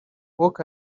walk